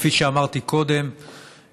כפי שאמרתי קודם,